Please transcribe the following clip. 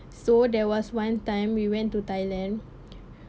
so there was one time we went to thailand